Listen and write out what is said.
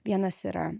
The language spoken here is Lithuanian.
vienas yra